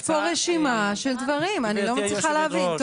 רשימה של דברים, אני לא מצליחה להבין.